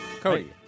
Cody